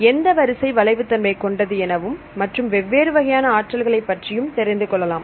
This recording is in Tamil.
எந்த வரிசை வளைவு தன்மை கொண்டது எனவும் மற்றும் வெவ்வேறு வகையான ஆற்றல்களை பற்றியும் தெரிந்து கொள்ளலாம்